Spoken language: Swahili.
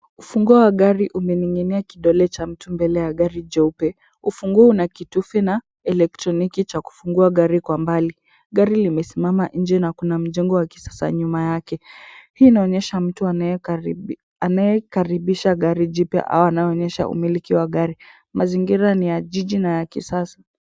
Ufunguo wa gari umeninginia kidole cha mtu mbele ya gari jeupe. Ufunguo unakitufi na elektroniki cha kufungua gari kwa mbali. Gari limesimama nje na kuna mjengo wa kisasa nyuma yake. Hii inaonyesha mtu anayekaribisha gari jipya au anaonyesha umiliki wa gari. Mazingira ni ya jiji na ya kisasa.